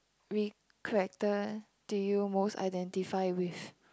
we character do you most identify with